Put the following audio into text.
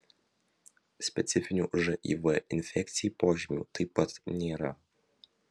specifinių živ infekcijai požymių taip pat nėra